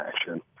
action